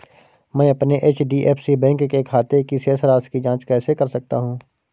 मैं अपने HDFC bank के खाते की शेष राशि की जाँच कैसे कर सकता हूँ?